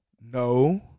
no